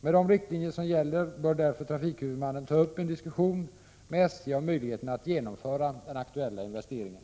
Med de riktlinjer som gäller bör därför trafikhuvudmannen ta upp en diskussion med SJ om möjligheterna att genomföra den aktuella investeringen.